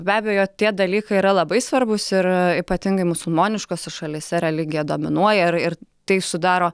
be abejo tie dalykai yra labai svarbūs ir ypatingai musulmoniškose šalyse religija dominuoja ir ir tai sudaro